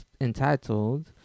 entitled